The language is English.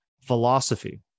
philosophy